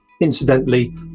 incidentally